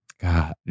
God